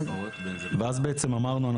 אז כמו שאמרנו,